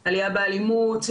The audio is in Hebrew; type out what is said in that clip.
עליה באלימות,